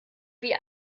wie